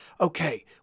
okay